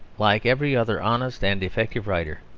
like every other honest and effective writer,